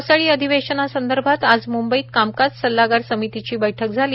पावसाळी अधिवेशनासंदर्भात आज मुंबईत कामकाज सल्लागार समितीची बैठक झाली